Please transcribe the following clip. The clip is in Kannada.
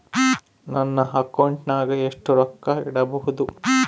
ನನ್ನ ಅಕೌಂಟಿನಾಗ ಎಷ್ಟು ರೊಕ್ಕ ಇಡಬಹುದು?